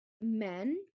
men